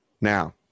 Now